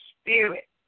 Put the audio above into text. Spirit